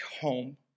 home